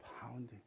pounding